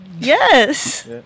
yes